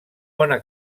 bona